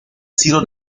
sido